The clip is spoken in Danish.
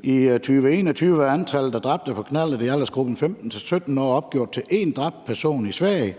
I 2021 var antallet af dræbte på knallert i aldersgruppen 15-17 år opgjort til én dræbt person i Sverige,